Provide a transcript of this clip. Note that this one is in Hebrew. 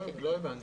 לא הבנתי.